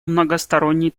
многосторонней